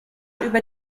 über